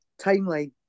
timeline